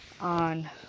on